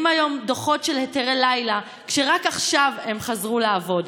היום דוחות על היתרי לילה כשרק עכשיו הם חזרו לעבוד.